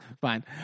fine